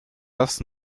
das